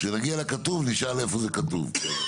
כשנגיע לכתוב נשאל איפה זה כתוב.